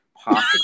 possible